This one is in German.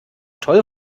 toll